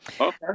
Okay